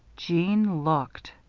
jeanne looked.